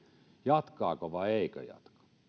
jatkaako vai eikö jatka